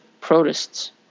protists